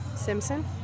Simpson